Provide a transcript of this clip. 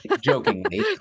jokingly